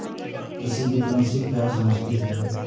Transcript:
कृषि विपणन से क्या समझते हैं?